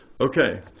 Okay